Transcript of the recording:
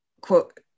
quote